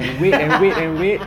ha ha ha ha ha ha